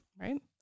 Right